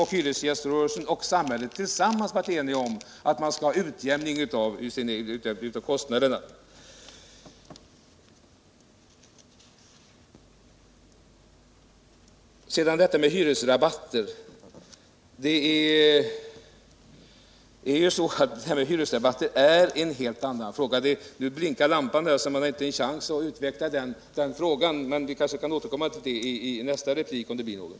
hyresgäströrelsen och samhället varit eniga om, nämligen att det skall vara en utjämning av kostnaderna. Detta med hyresrabatter är ju en helt annan fråga. Men nu blinkar lampan, så jag har inte en chans att utveckla frågan. Jag kan återkomma i nästa replik, om det blir någon.